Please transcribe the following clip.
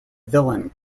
villain